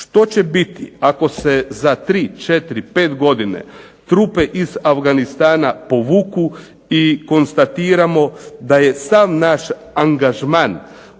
Što će biti ako se za tri, 4, 5 godina trupe iz Afganistana povuku i konstatiramo da je sav naš angažman